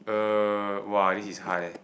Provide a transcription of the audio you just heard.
uh why this is high leh